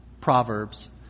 Proverbs